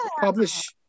publish